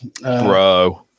Bro